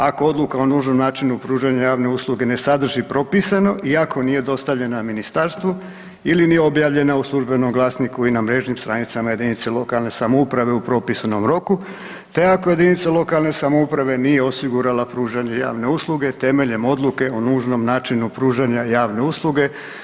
Ako odluka o nužnom načinu pružanja javne usluge ne sadrži propisano i ako nije dostavljena ministarstvu ili nije objavljena u službenom glasniku i na mrežnim stranicama jedinica lokalne samouprave u propisanom roku te ako jedinica lokalne samouprave nije osigurala pružanje javne usluge temeljem odluke o nužnom načinu pružanja javne usluge.